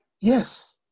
Yes